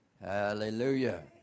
Hallelujah